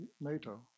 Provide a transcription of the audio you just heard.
NATO